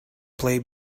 play